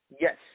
Yes